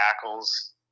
tackles